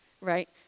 Right